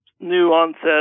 new-onset